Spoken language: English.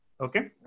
Okay